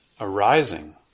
arising